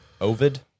Ovid